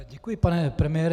Děkuji, pane premiére.